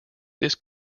this